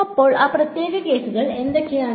അപ്പോൾ ആ പ്രത്യേക കേസുകൾ എന്തൊക്കെയാണ്